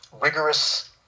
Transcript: rigorous